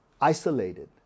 isolated